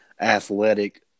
athletic